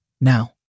Now